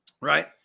right